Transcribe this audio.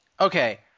Okay